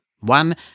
One